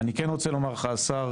השר,